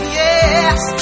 yes